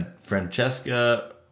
Francesca